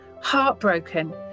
heartbroken